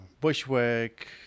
Bushwick